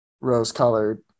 rose-colored